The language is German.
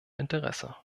interesse